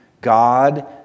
God